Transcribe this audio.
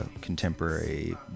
Contemporary